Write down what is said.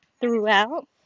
throughout